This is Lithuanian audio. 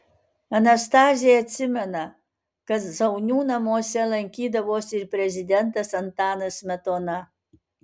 anastazija atsimena kad zaunių namuose lankydavosi ir prezidentas antanas smetona